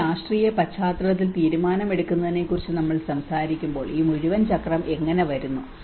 ഒരു രാഷ്ട്രീയ പശ്ചാത്തലത്തിൽ തീരുമാനമെടുക്കുന്നതിനെക്കുറിച്ച് നമ്മൾ സംസാരിക്കുമ്പോൾ ഈ മുഴുവൻ ചക്രം എങ്ങനെ വരുന്നു